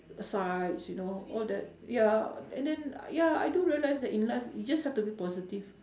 sides you know all that ya and then ya I do realise that in life you just have to be positive